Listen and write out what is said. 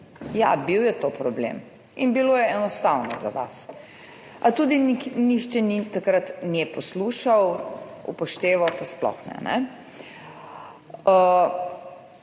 Ja, to je bil problem. In bilo je enostavno za vas. A nihče ni takrat nje poslušal, upošteval pa sploh ne.